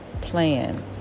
plan